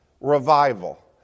revival